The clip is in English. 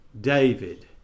David